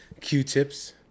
Q-tips